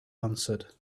answered